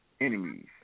enemies